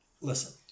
Listen